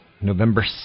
November